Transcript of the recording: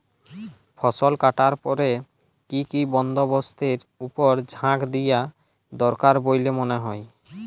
ফসলকাটার পরে কি কি বন্দবস্তের উপর জাঁক দিয়া দরকার বল্যে মনে হয়?